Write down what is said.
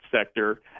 sector